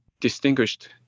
distinguished